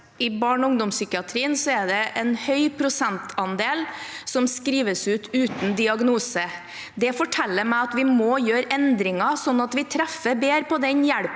i barneog ungdomspsykiatrien er en høy prosentandel som skrives ut uten diagnose, forteller det meg at vi må gjøre endringer, sånn at vi treffer bedre på den hjelpen